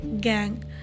gang